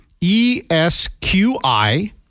E-S-Q-I